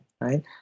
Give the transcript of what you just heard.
right